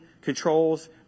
controls